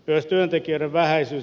myös työntekijöiden vähäisyys